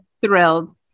thrilled